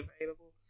available